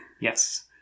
Yes